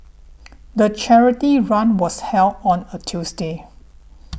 the charity run was held on a Tuesday